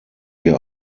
wir